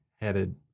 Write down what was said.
headed